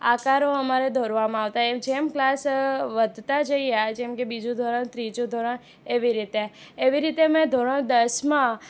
આકારો અમારે દોરવામાં આવતા અને જેમ ક્લાસ વધતા જઈએ આ જેમ કે બીજું ધોરણ ત્રીજું ધોરણ એવી રીતે એવી રીતે મેં ધોરણ દસમાં